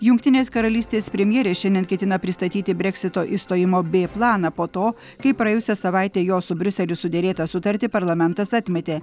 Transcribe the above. jungtinės karalystės premjerė šiandien ketina pristatyti breksito išstojimo b planą po to kai praėjusią savaitę jos su briuseliu suderėtą sutartį parlamentas atmetė